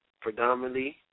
predominantly